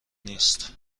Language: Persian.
نیست